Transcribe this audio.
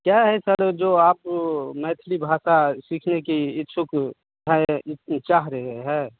क्या है सर जो आप मैथिली भाषा सीखने की इच्छुक है चाह रहे हैं